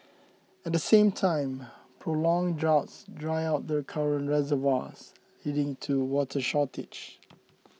at the same time prolonged droughts dry out the current reservoirs leading to water shortage